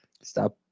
stop